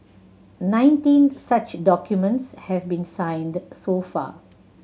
nineteen such documents have been signed so far